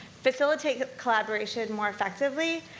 facilitate collaboration more effectively,